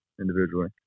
individually